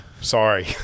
sorry